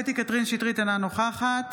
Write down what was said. קטי קטרין שטרית, אינה נוכחת